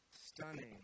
stunning